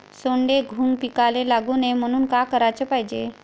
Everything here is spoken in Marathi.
सोंडे, घुंग पिकाले लागू नये म्हनून का कराच पायजे?